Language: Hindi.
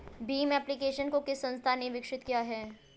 भीम एप्लिकेशन को किस संस्था ने विकसित किया है?